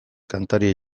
kantaria